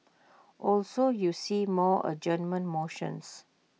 also you see more adjournment motions